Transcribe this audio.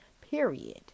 period